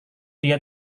dia